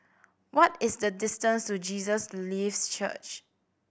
what is the distance to Jesus Lives Church